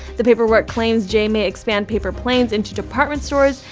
the paperwork claims jay may expand paper planes into department stores,